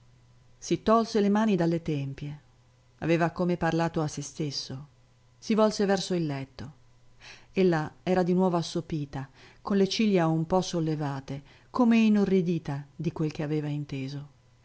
si tolse le mani dalle tempie aveva come parlato a stesso si volse verso il letto ella si era di nuovo assopita con le ciglia un po sollevate come inorridita di quel che aveva inteso